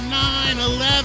9-11